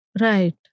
Right